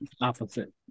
opposite